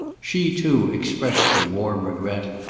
she too expressed her warm regret,